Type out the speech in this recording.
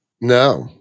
No